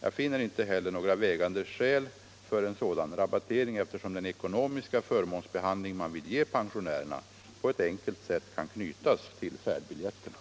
Jag finner inte heller några vägande skäl för en sådan rabattering, eftersom den ekonomiska förmånsbehandling man vill ge pensionärerna på ett enkelt sätt kan knytas till färdbiljetterna.